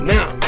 Now